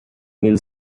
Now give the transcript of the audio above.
meals